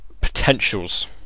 potentials